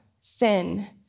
sin